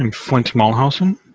and flint muhlhausen,